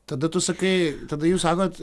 tada tu sakai tada jūs sakot